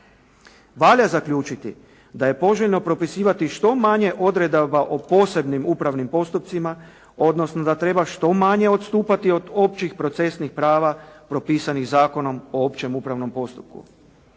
Valja zaključiti da je poželjno propisivati što manje odredaba o posebnim upravnim postupcima, odnosno da treba što manje odstupati od općih procesnih prava propisanih zakonom o općem upravnom postupku.